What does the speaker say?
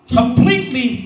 completely